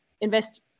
Invest